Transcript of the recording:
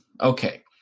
Okay